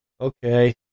okay